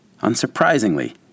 Unsurprisingly